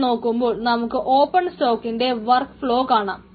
ഇവിടെ നോക്കുമ്പോൾ നമുക്ക് ഓപ്പൺ സ്റ്റോക്കിന്റെ വർക്ക് ഫ്ലോ കാണാം